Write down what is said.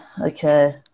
okay